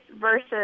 versus